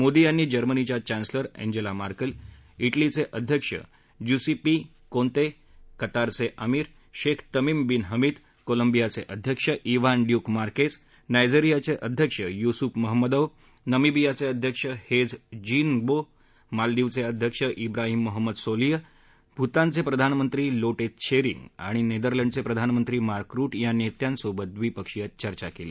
मोदी यांनी जर्मनीच्या chancellor Angela Merkel इटलीचे अध्यक्ष ज्यूसिप्पीकोंते कतारचे अमीर शेख तमीम बिन हमीद कोलंबियाचे अध्यक्ष इव्हान ड्युक मार्केज नायजेरियाचे अध्यक्ष यूसुफ महमदौ नमिबिया चे अध्यक्ष हेज जिइनगोब मालदीवचे अध्यक्ष इव्राहीम मोहम्मद सोलिह भूतानचे प्रधानमंत्री लोटे त्शैरिंग आणि नेदरलँडचे प्रधानमंत्री मार्क रुट या नेत्यांसोबत द्विपक्षीय चर्चा केली